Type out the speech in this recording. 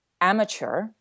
amateur